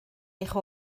eich